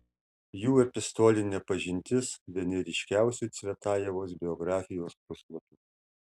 jų epistolinė pažintis vieni ryškiausių cvetajevos biografijos puslapių